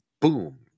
boom